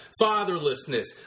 fatherlessness